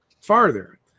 farther